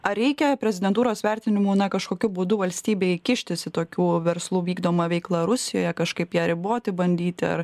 ar reikia prezidentūros vertinimu na kažkokiu būdu valstybei kištis į tokių verslų vykdomą veiklą rusijoje kažkaip ją riboti bandyti ar